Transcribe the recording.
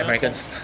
americans